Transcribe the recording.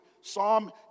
Psalm